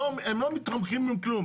הם לא מתחמקים מכלום.